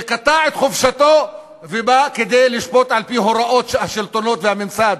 וקטע את חופשתו ובא כדי לשפוט על-פי הוראות השלטונות והממסד,